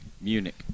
Munich